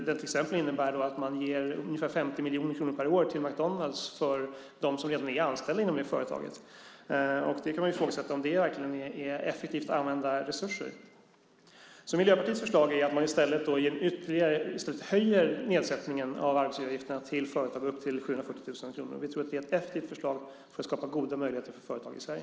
Den innebär att man ger ungefär 50 miljoner kronor per år till McDonalds för dem som redan är anställda inom det företaget. Man kan ifrågasätta om det verkligen är effektivt använda resurser. Miljöpartiets förslag är att man i stället höjer nedsättningen av arbetsgivaravgifterna till företag upp till 740 000 kronor. Vi tror att det är ett effektivt förslag för att skapa goda möjligheter för företag i Sverige.